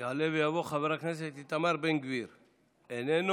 יעלה ויבוא חבר הכנסת איתמר בן גביר, איננו,